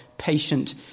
Patient